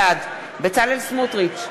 בעד בצלאל סמוטריץ,